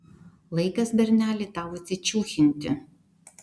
laikas berneli tau atsičiūchinti